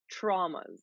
traumas